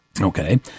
Okay